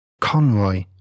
Conroy